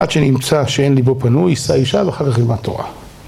עד שנמצא שאין לי בו פנוי, שיישב אחרי רגימת תורה.